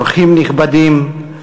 אורחים נכבדים,